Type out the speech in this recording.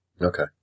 okay